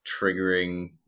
triggering